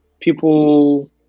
people